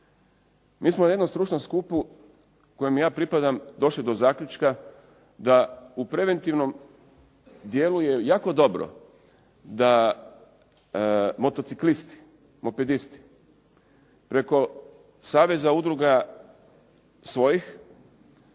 Mi smo na jednom stručnom skupu kojem ja pripadam došli do zaključka da u preventivnom dijelu je jako dobro da motociklisti, mopedisti preko saveza udruga svojih